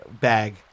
bag